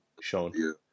shown